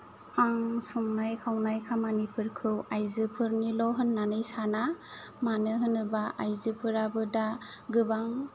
आं संनाय खावनाय खामानिफोरखौ आयजोफोरनिल' होननानै साना मानो होनोब्ला आयजोफोराबो दा गोबां